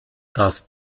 das